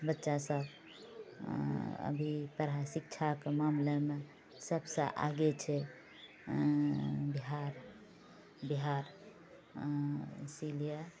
बच्चा सभ अभी तरह शिक्षाके मामलेमे सबसँ आगे छै बिहार बिहार इसिलियै